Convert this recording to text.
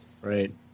right